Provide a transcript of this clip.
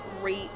great